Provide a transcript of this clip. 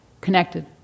Connected